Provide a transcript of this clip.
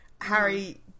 Harry